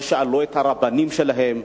לא שאלו את הרבנים שלהם.